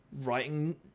writing